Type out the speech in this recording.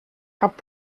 cap